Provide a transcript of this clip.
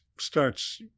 Starts